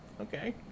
okay